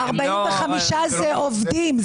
45 זה עובדים.